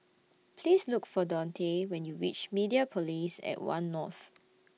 Please Look For Donte when YOU REACH Mediapolis At one North